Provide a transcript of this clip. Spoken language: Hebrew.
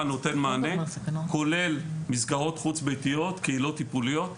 כולל מסגרות חוץ-ביתיות וקהילות טיפוליות.